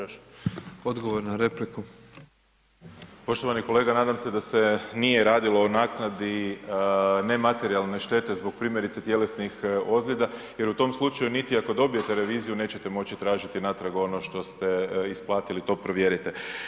Poštovani kolega, nadam se da se nije radilo o naknadi o nematerijalne štete zbog primjerice tjelesnih ozljeda, jer u tom slučaju, niti ako dobijete reviziju, nećete moći tražiti natrag ono što ste isplatili, to provjerite.